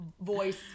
voice